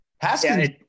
Haskins